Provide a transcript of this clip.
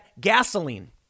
gasoline